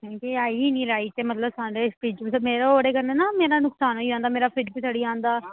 आई नीं आई मतलब मेरा फ्रीज मेरा ओह्दे कन्नै ना मेरा नुक्सान होई आंदा मेरा फ्रीज सड़ी आंदा